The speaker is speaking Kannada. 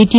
ಟಿ